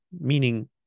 meaning